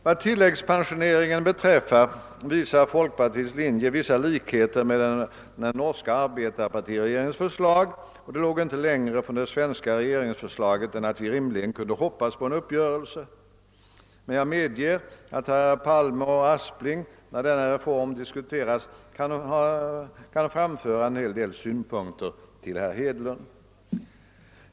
Vad tilläggspensioneringen beträffar visar folkpartiets linje vissa likheter med den norska arbetarpartiregeringens förslag. Det låg inte längre från det svenska regeringsförslaget än att vi rimligen kunde hoppas på en uppgörelse. Men jag medger att herrar Palme och Aspling, när denna reform diskuteras, kan framföra en hel del synpunkter till herr Hedlund.